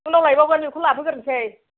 उनाव लायबावगोन बेखौ लाथ'गोरसै